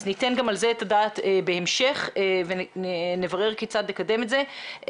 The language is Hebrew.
אז ניתן גם על זה את הדעת בהמשך ונברר כיצד לקדם את זה.